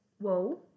whoa